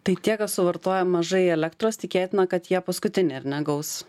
tai tie kas suvartoja mažai elektros tikėtina kad jie paskutiniai ar ne gaus